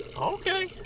Okay